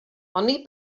oni